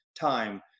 time